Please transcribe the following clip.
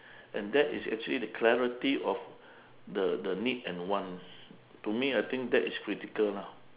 and that is actually the clarity of the the need and want to me I think that is critical lah